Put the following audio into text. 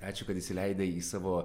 ačiū kad įsileidai į savo